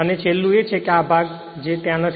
અને છેલ્લું એ છે કે આ ભાગ છે જે ત્યાં પણ નથી